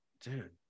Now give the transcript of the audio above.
Dude